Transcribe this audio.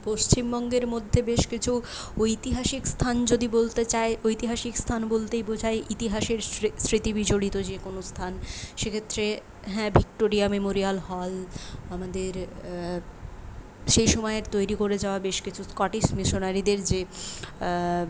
পশ্চিমবঙ্গের মধ্যে বেশ কিছু ঐতিহাসিক স্থান যদি বলতে চাই ঐতিহাসিক স্থান বলতেই বোঝায় ইতিহাসের সে স্মৃতি বিজড়িত যে কোন স্থান সেক্ষেত্রে হ্যাঁ ভিক্টোরিয়া মেমোরিয়াল হল আমাদের সেই সময়ের তৈরি করে যাওয়া বেশ কিছু স্কটিশ মিশনারিদের যে